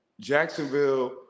Jacksonville